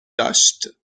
داشت